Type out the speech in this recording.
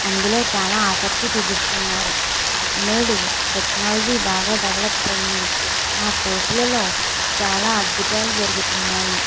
అందులో చాలా ఆసక్తి చూపిస్తున్నారు నేడు టెక్నాలజీ బాగా డెవలప్ అయింది నా కోర్సులలో చాలా అద్భుతాలు జరుగుతున్నాయి